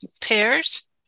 pairs